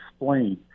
explain